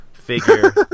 figure